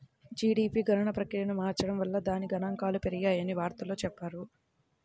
GDP గణన ప్రక్రియను మార్చడం వల్ల దాని గణాంకాలు పెరిగాయని వార్తల్లో చెప్పారు